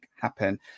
happen